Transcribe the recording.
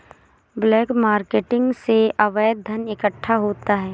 black marketing से अवैध धन इकट्ठा होता है